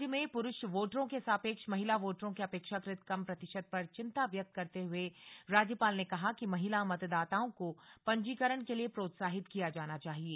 राज्य में पुरूष वोटरों के सापेक्ष महिला वोटरों के अपेक्षाकृत कम प्रतिशत पर चिन्ता व्यक्त करते हुए राज्यपाल ने कहा कि महिला मतदाताओं को पंजीकरण के लिए प्रोत्साहित किया जाना चाहिये